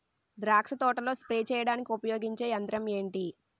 ద్రాక్ష తోటలో స్ప్రే చేయడానికి ఉపయోగించే యంత్రం ఎంటి?